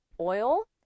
oil